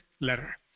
letter